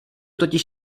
totiž